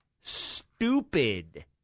stupid